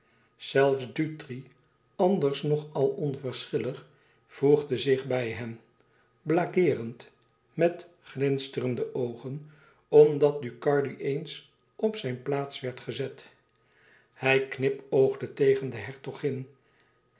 zelfs dutri anders nog al onverschillig voegde zich bij hen blagueerend met glinsterende oogen omdat ducardi eens op zijn plaats werd gezet hij knipoogde tegen de hertogin